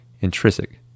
intrinsic